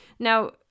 Now